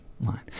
line